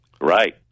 Right